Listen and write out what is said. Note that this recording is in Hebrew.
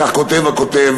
כך כותב הכותב,